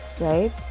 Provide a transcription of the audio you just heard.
right